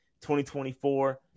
2024